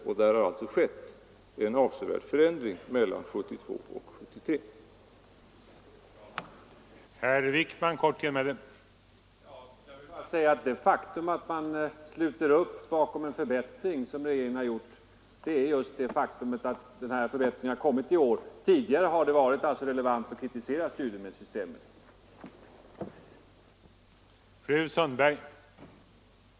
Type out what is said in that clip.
På den punkten har det, som sagt, inträffat en avsevärd förändring mellan 1972 och 1973.